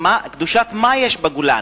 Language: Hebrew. קדושת מה יש בגולן,